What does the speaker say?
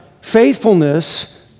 faithfulness